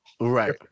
Right